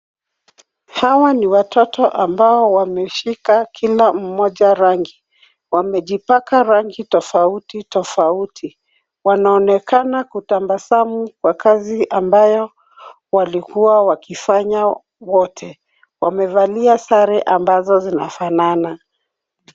Hawa ni watoto ambao wameshika kila mmoja rangi. Wamejipaka rangi tofauti tofauti. Wanaonekana kutabasamu kwa kazi ambayo walikuwa wakifanya wote. Wamevalia sare ambazo zinafanana.